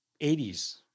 80s